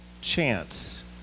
chance